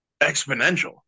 exponential